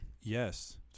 yes